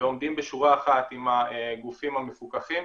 ועומדים בשורה אחת עם הגופים המפוקחים.